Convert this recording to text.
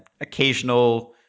occasional